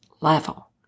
level